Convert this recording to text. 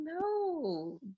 no